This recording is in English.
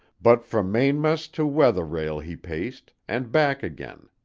but from mainm'st to weather rail he paced, and back again,